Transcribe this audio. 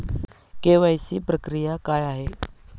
KYC प्रक्रिया काय आहे?